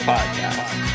Podcast